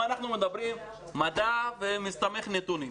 מדע מסתמך נתונים.